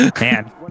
Man